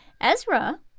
Ezra